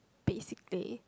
basic day